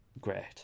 great